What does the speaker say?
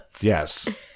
Yes